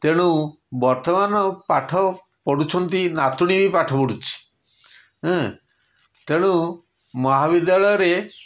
ତେଣୁ ବର୍ତ୍ତମାନ ପାଠ ପଢ଼ୁଛନ୍ତି ନାତୁଣୀ ବି ପାଠ ପଢ଼ୁଛି ଏଁ ତେଣୁ ମହାବିଦ୍ୟାଳୟରେ